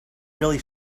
really